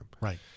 Right